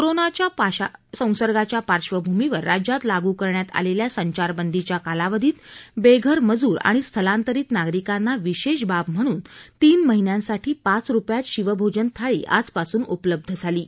कोरोनाच्या विषाणू संसर्गाच्या पार्श्वभूमीवर राज्यात लागू करण्यात आलेल्या संचारबंदीच्या कालावधीत बेघर मजूर आणि स्थलांतरित नागरिकांना विशेष बाब म्हणून तीन महिन्यांसाठी पाच रुपयात शिवभोजन थाळी आजपासून उपलब्ध करून दिली आहे